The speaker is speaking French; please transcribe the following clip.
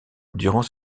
durant